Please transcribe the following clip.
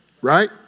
Right